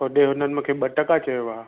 होॾे हुननि मूंखे ॿ टका चयो आहे